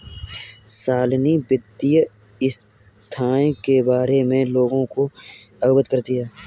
शालिनी वित्तीय संस्थाएं के बारे में लोगों को अवगत करती है